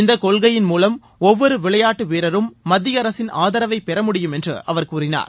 இந்த கொள்கையின் மூலம் ஒவ்வொரு விளையாட்டு வீரரும் மத்திய அரசின் ஆதரவை பெற முடியும் என்று அவர் கூறினார்